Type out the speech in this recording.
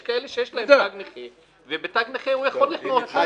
יש מי שיש להם תג נכה ועם התג הם יכולים לחנות.